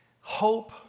hope